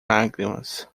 lágrimas